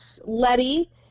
Letty